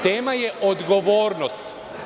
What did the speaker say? Tema je odgovornost.